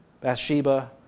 Bathsheba